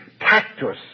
Tactus